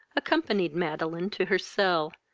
accompanied madeline to her cell,